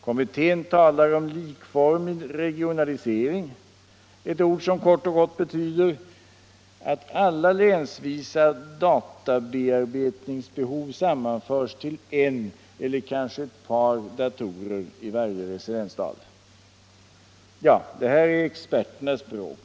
Kommittén talar om likformig regionalisering, ett ord som kort och gott betyder att alla länsvisa databearbetningsbehov sammanförs till en eller kanske ett par datorer i varje residensstad. Ja, detta är experternas språk.